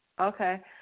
Okay